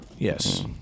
Yes